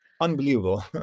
unbelievable